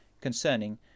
concerning